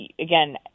Again